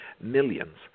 millions